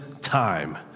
time